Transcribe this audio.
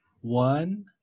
one